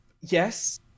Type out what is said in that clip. yes